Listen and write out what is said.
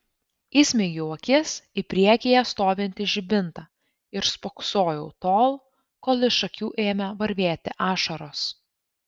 įsmeigiau akis į priekyje stovintį žibintą ir spoksojau tol kol iš akių ėmė varvėti ašaros